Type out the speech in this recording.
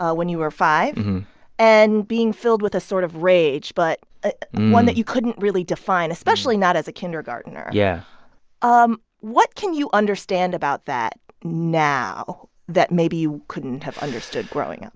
ah when you were five and being filled with a sort of rage but ah one that you couldn't really define, especially not as a kindergartener yeah um what can you understand about that now that maybe you couldn't have understood growing, up?